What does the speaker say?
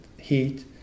heat